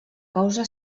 causa